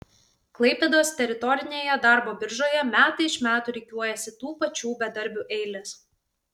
klaipėdos teritorinėje darbo biržoje metai iš metų rikiuojasi tų pačių bedarbių eilės